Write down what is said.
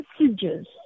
messages